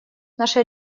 наше